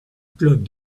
club